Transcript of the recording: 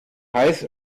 heiß